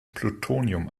plutonium